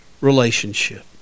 relationship